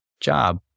job